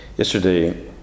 Yesterday